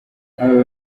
habayeho